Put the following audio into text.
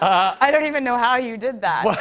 i don't even know how you did that.